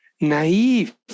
naive